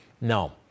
No